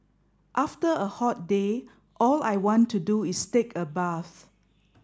after a hot day all I want to do is take a bath